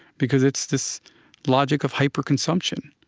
because it's this logic of hyper-consumption